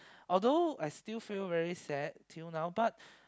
although I still feel very sad till now but